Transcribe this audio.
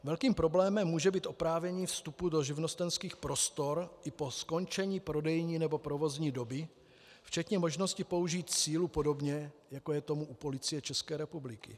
Velkým problémem může být oprávnění vstupu do živnostenských prostor i po skončení prodejní nebo provozní doby, včetně možnosti použít sílu, podobně jako je tomu u Policie České republiky.